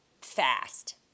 fast